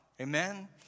Amen